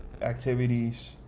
activities